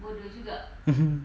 mm hmm